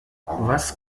was